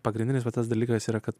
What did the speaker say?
pagrindinis va tas dalykas yra kad